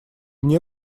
мне